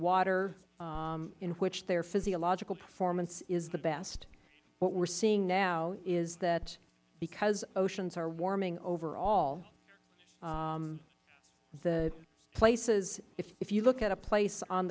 water in which their physiological performance is the best what we are seeing now is that because oceans are warming overall the places if you look at a place on